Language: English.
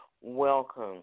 welcome